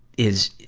is,